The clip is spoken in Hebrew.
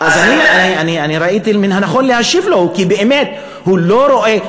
אז ראיתי לנכון להשיב לו, כי באמת הוא לא רואה.